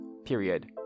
Period